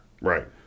Right